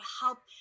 help